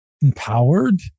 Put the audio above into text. empowered